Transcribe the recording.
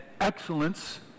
excellence